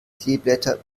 kleeblätter